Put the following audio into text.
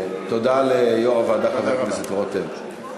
תודה ליושב-ראש הוועדה חבר הכנסת רותם.